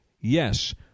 yes